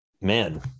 man